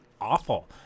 awful